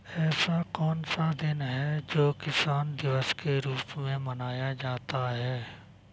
ऐसा कौन सा दिन है जो किसान दिवस के रूप में मनाया जाता है?